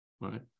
Right